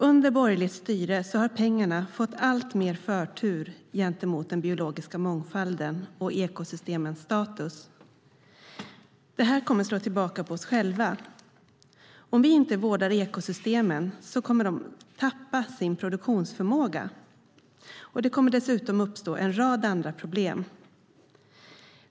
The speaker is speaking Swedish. Under borgerligt styre har pengarna fått alltmer förtur gentemot den biologiska mångfalden och ekosystemens status. Det här kommer att slå tillbaka mot oss själva. Om vi inte vårdar ekosystemen kommer de att tappa sin produktionsförmåga, och det kommer dessutom att uppstå en rad andra problem.